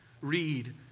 read